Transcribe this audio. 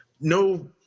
No